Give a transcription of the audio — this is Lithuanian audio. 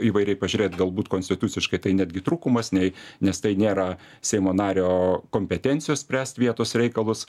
įvairiai pažiūrėt galbūt konstituciškai tai netgi trūkumas nei nes tai nėra seimo nario kompetencijos spręst vietos reikalus